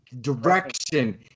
direction